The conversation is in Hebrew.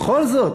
בכל זאת,